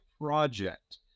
project